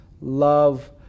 love